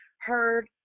heard